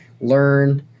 learn